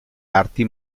arti